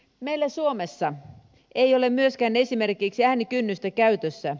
meillä suomessa ei ole myöskään esimerkiksi äänikynnystä käytössä